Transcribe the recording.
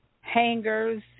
hangers